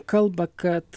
kalba kad